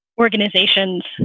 organization's